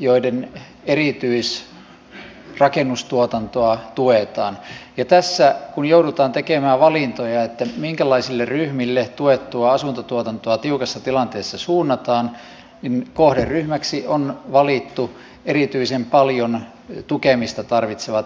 joiden erityisrakennustuotantoa tuetaan ja tässä kun joudutaan tekemään valintoja siitä minkälaisille ryhmille tuettua asuntotuotantoa tiukassa tilanteessa suunnataan niin kohderyhmäksi on valittu erityisen paljon tukemista tarvitsevat joukot